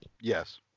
Yes